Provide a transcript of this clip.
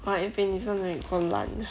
!wah! epi 你真的有够懒